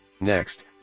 Next